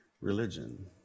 religion